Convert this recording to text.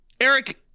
Eric